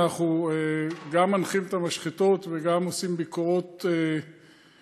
אנחנו גם מנחים את המשחטות וגם עושים ביקורות קבועות.